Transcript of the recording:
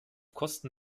kosten